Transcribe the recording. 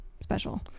special